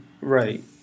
Right